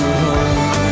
home